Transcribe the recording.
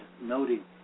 noting